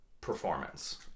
performance